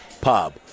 Pub